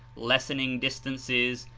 lessening distances,